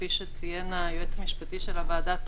כפי שציין היועץ המשפטי של הוועדה,